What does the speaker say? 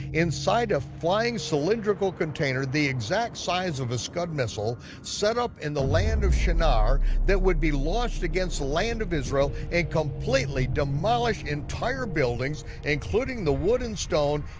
inside a flying cylindrical container the exact size of a scud missile set up in the land of shinar that would be launched against the land of israel and completely demolish entire buildings, including the wood and stone,